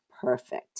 perfect